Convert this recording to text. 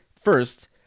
First